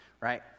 right